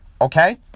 Okay